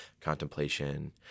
contemplation